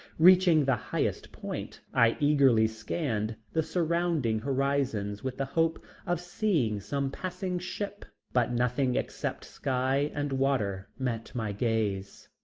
reaching the highest point, i eagerly scanned the surrounding horizons with the hope of seeing some passing ship, but nothing except sky and water met my gaze.